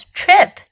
trip